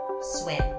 swim